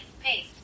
paste